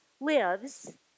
lives